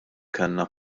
kellna